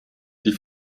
die